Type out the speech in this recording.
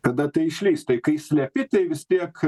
kada tai išlįs tai kai slepi tai vis tiek